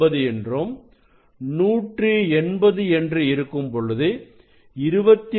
9 என்றும் 180 என்று இருக்கும்பொழுது 22